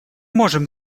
можем